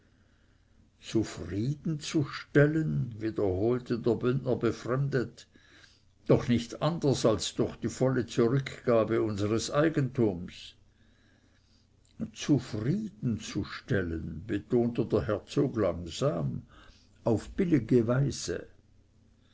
grisonen zufriedenzustellen zufriedenzustellen wiederholte der bündner befremdet doch nicht anders als durch die volle zurückgabe unsers eigentums zufriedenzustellen betonte der herzog langsam auf billige weise